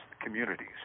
communities